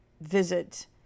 visit